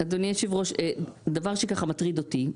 אדוני יושב הראש, דבר שככה מטריד אותי.